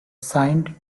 signed